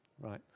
right